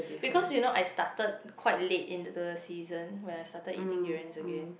because you know I started quite late into the season when I started eating durians again